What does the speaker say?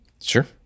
Sure